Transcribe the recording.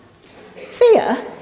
Fear